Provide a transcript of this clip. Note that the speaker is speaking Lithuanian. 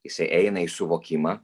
jisai eina į suvokimą